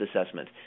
assessment